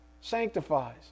sanctifies